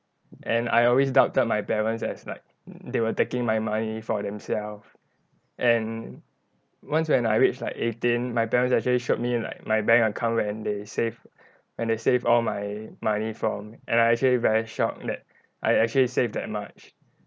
and I always doubted my parents as like they were taking my money for themselves and once when I reach like eighteen my parents actually showed me like my bank account when they save when they save all my money from and I actually very shocked that I actually save that much